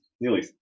nearly